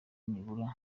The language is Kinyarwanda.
nibura